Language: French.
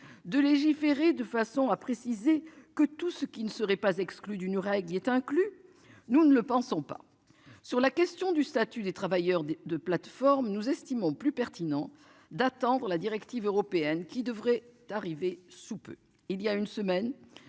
de légiférer de façon à préciser que tous ceux qui ne serait pas exclu d'une règle qui est inclus. Nous ne le pensons pas. Sur la question du statut des travailleurs des 2 plateformes nous estimons plus pertinent d'attendre la directive européenne qui devrait arriver sous peu.